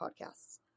podcasts